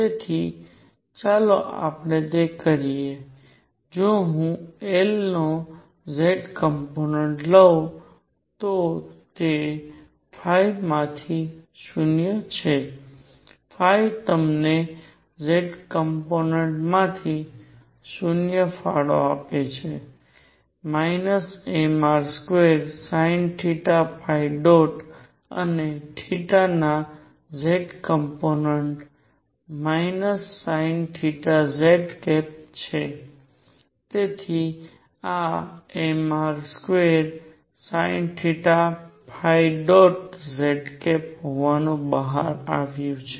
તેથી ચાલો આપણે તે કરીએ કે જો હું L નો z કોમ્પોનેંટ લઉં તો તે માંથી 0 છે તમને z કોમ્પોનેંટ માંથી 0 ફાળો આપે છે mr2sinθ અને ના z કોમ્પોનેંટ sinθ z છે તેથી આ mr2sinθz હોવાનું બહાર આવ્યું છે